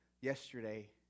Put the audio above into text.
yesterday